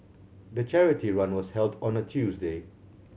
the charity run was held on a Tuesday